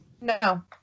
no